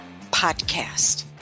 podcast